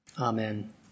Amen